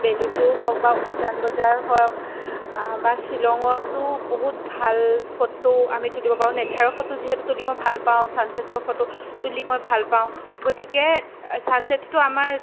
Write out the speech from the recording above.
Belle Vue হওক বা উজান বজাৰ হওক বা শ্বিলঙতো বহুত ভাল ফটো আমি তুলিব পাৰোঁ নেচাৰৰ ফটো যিহেতু তুলি মই ভাল পাওঁ ছানছেটৰ ফটো তুলি মই ভাল পাওঁ গতিকে ছানছেটতো আমাৰ